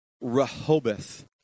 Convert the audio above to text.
Rehoboth